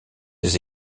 des